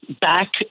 back